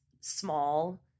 small